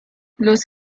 los